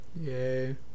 Yay